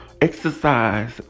exercise